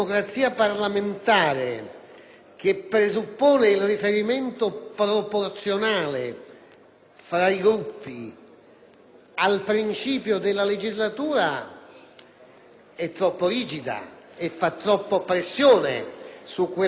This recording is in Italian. che presuppone il riferimento proporzionale fra i Gruppi al principio della legislatura è troppo rigida e fa troppa pressione sull'articolo 67.